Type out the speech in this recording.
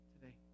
today